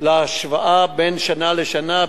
להשוואה בין שנה לשנה,